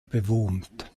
bewohnt